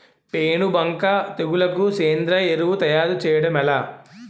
పేను బంక తెగులుకు సేంద్రీయ ఎరువు తయారు చేయడం ఎలా?